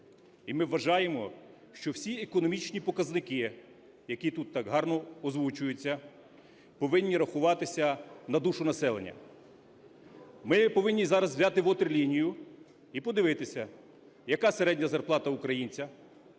І ми вважаємо, що всі економічні показники, які тут так гарно озвучуються, повинні рахуватися на душу населення. Ми повинні зараз взяти ватерлінію і подивитися, яка середня зарплати українця,